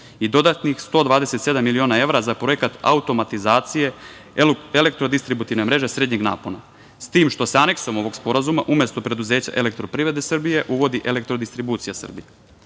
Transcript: i dodatnih 127 miliona evra za projekat automatizacije elektrodistributivne mreže srednjeg napona, s tim što se Aneksom ovog sporazuma umesto preduzeća Elektroprivrede Srbije uvodi Elektrodistribucija Srbije. Dakle,